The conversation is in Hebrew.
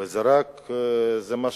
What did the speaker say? זה מה שגלוי.